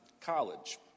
college